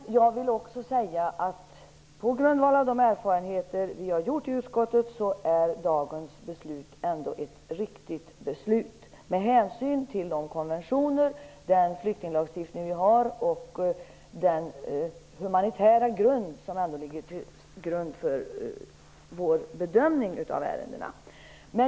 Men jag vill också säga att på grundval av de erfarenheter som vi har gjort i utskottet är dagens beslut ändå ett riktigt beslut -- detta med hänsyn till de konventioner och den flyktinglagstiftning som vi har och till den humanitära syn som ligger till grund för vår bedömning av ärendena.